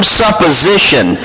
supposition